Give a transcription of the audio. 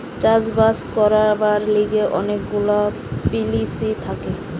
চাষ বাস করবার লিগে অনেক গুলা পলিসি থাকে